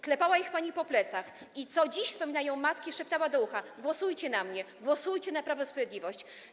Klepała ich pani po plecach i, co dziś wspominają matki, szeptała do ucha, głosujcie na mnie, głosujcie na Prawo i Sprawiedliwość.